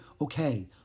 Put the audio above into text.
okay